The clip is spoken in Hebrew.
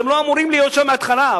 אתם לא אמורים להיות שם מההתחלה,